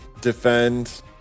defend